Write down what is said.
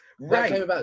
right